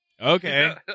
Okay